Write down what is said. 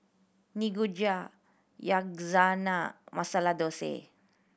Nikujaga Yakizakana Masala Dosa